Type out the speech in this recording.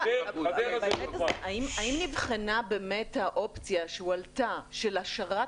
האם נבחנה באמת האופציה שהועלתה של השארת